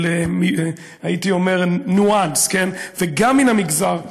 הייתי אומר, ניואנס, וגם מן המגזר הערבי,